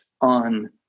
on